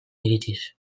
iritziz